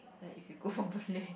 like if you go for boon-lay